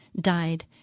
died